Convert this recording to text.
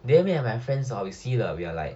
then me and my friends hor we see the we are like